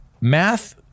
math